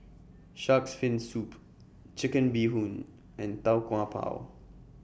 Shark's Fin Soup Chicken Bee Hoon and Tau Kwa Pau